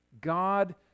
God